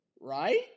Right